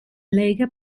lega